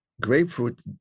grapefruit